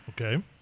Okay